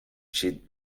cheat